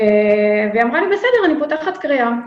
היא אמרה לי: בסדר, אני פותחת קריאה.